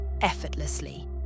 effortlessly